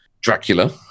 Dracula